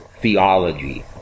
theology